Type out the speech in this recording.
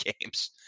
games